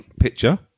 picture